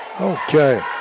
Okay